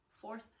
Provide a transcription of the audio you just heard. fourth